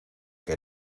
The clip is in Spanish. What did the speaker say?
que